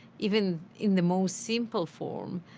even in the most simple form,